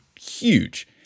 huge